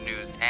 news